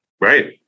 Right